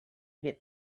get